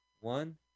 one